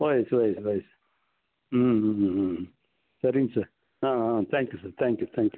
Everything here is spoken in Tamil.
ஓ yes oh yes oh yes hmm hmm hmm சரிங்க sir ah ah thank you sir thank you thank you